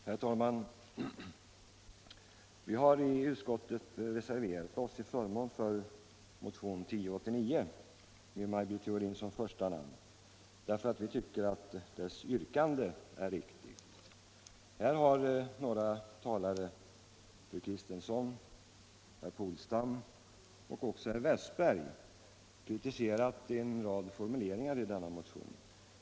Herr talman! Från vänsterpartiet kommunisterna har reservation avgivits till förmån för motionen 1089 som har Maj Britt Theorin som första namn, därför att vi tycker att motionens yrkande är riktigt. Här har några talare — fru Kristensson, herr Polstam och herr Westberg i Ljusdal — kritiserat en rad formuleringar i denna motion.